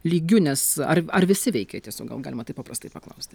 lygiu nes ar ar visi veikia tiesiog gal galima taip paprastai paklausti